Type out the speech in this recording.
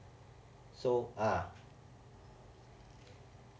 so ah